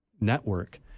network